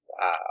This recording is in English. Wow